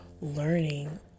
learning